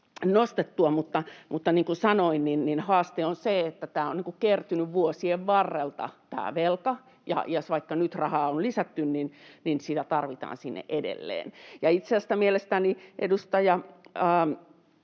nostettua, mutta niin kuin sanoin, haaste on se, että tämä velka on kertynyt vuosien varrelta, ja vaikka nyt rahaa on lisätty, niin sitä tarvitaan sinne edelleen. Itse asiassa mielestäni edustaja